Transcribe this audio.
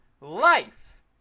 life